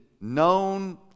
known